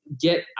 get